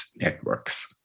networks